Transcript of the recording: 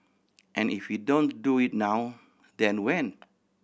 and if we don't do it now then when